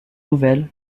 nouvelles